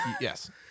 Yes